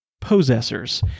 possessors